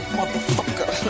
Motherfucker